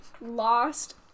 lost